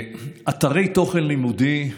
אתרי תוכן לימודי,